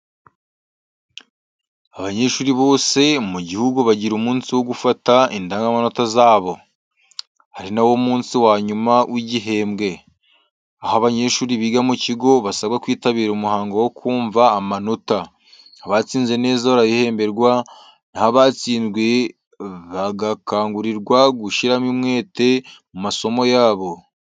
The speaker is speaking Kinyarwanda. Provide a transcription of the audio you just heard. Abanyeshuri bose mu gihugu bagira umunsi wo gufata indangamanota zabo, ari nawo munsi wa nyuma w’igihembwe, aho abanyeshuri biga mu kigo basabwa kwitabira umuhango wo kumva amanota. Abatsinze neza barabihemberwa, naho abatsinzwe bagakangurirwa gushyiramo umwete mu masomo yabo.